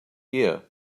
year